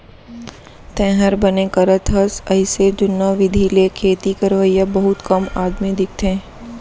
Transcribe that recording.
तैंहर बने करत हस अइसे जुन्ना बिधि ले खेती करवइया बहुत कम आदमी दिखथें